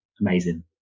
amazing